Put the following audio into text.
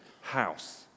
house